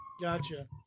Gotcha